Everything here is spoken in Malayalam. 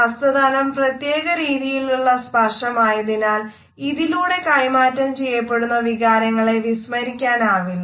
ഹസ്തദാനം പ്ര്യത്യേക രീതിയിലുള്ള സ്പർശനമായതിനാൽ ഇതിലൂടെ കൈമാറ്റം ചെയ്യപ്പെടുന്ന വികാരങ്ങളെ വിസ്മരിക്കാനാവില്ല